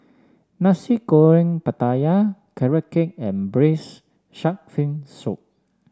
Nasi Goreng Pattaya Carrot Cake and Braised Shark Fin Soup